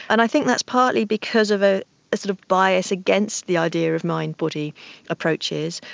and i think that's partly because of a sort of bias against the idea of mind body approaches.